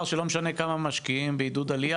שלא משנה כמה משקיעים בעידוד עלייה,